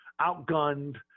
outgunned